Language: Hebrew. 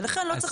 לכן לא צריך